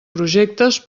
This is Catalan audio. projectes